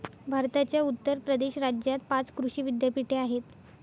भारताच्या उत्तर प्रदेश राज्यात पाच कृषी विद्यापीठे आहेत